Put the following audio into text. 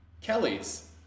Kelly's